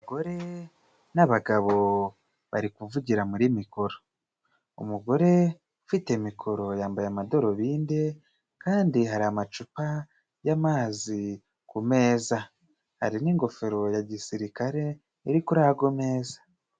Abagore n' abagabo bari kuvugira muri mikoro. Umugore ufite mikoro yambaye amadorubindi, kandi hari amacupa y'amazi ku meza, hari n' ingofero ya gisirikare iri kuri ago meza.